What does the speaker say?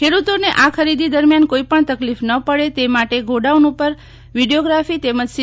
ખેડૂતોને આ ખરીદી દરમ્યાન કોઇપણ તકલીફ ન પડે તે માટે ગોડાઉન પર વિડીયોગ્રાફી તેમજ સી